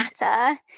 matter